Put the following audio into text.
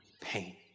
pain